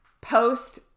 post